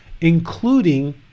including